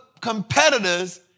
competitors